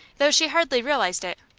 though she hardly realized it.